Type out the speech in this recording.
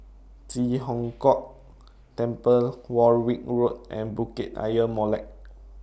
Ji Hong Kok Temple Warwick Road and Bukit Ayer Molek